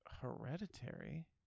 Hereditary